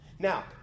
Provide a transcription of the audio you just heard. Now